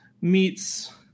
meets